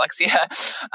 dyslexia